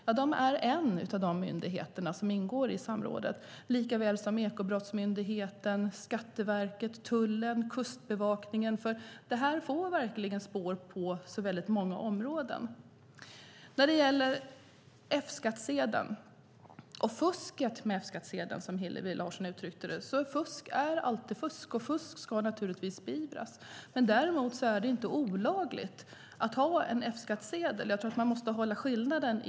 Ja, Arbetsmiljöverket är en av de myndigheter som ingår i samrådet - precis som Ekobrottsmyndigheten, Skatteverket, tullen och Kustbevakningen - för det här ger spår på väldigt många områden. När det gäller F-skattsedeln och fusket med F-skattsedeln, som Hillevi Larsson uttryckte det: Fusk är alltid fusk, och fusk ska naturligtvis beivras. Däremot är det inte olagligt att ha en F-skattsedel. Jag tror att man måste hålla en skillnad där.